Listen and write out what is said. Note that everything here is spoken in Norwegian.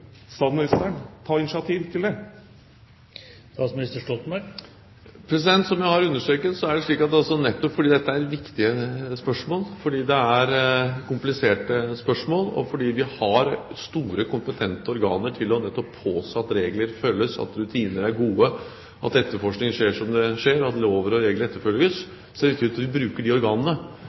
statsministeren ta initiativ til det? Som jeg har understreket: Nettopp fordi dette er viktige og kompliserte spørsmål, og fordi vi har store, kompetente organer til å påse at rutiner er gode, at etterforskning skjer slik den skjer, og at lover og regler følges, er det viktig at vi bruker disse organene.